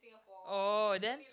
oh then